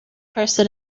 person